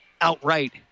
outright